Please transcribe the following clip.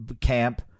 camp